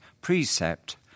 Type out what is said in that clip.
precept